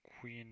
Queen